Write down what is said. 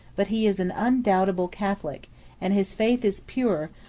but he is an undoubted catholic and his faith is pure,